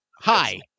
hi